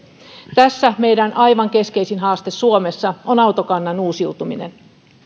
tässä meidän aivan keskeisin haaste suomessa on autokannan uusiutuminen